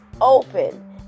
open